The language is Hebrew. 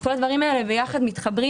וכל הדברים האלה מתחברים ביחד.